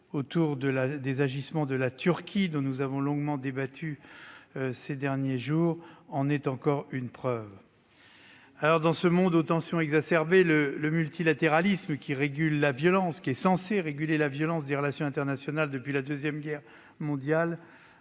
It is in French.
par les agissements de la Turquie, dont nous avons longuement débattu ces derniers jours, en est la preuve. Dans ce monde aux tensions exacerbées, le multilatéralisme, censé réguler la violence des relations internationales depuis la Seconde Guerre mondiale,